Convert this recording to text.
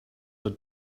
our